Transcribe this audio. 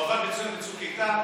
הוא עבד מצוין בצוק איתן,